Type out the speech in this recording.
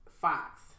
Fox